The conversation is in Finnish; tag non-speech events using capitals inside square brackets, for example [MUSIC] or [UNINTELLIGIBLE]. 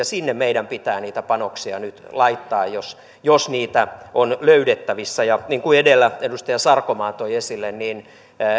[UNINTELLIGIBLE] sinne meidän pitää niitä panoksia nyt laittaa jos jos niitä on löydettävissä niin kuin edellä edustaja sarkomaa toi esille